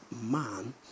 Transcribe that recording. man